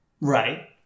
Right